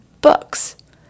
books